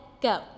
Go